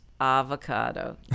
avocado